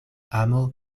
amo